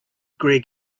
greg